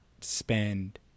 spend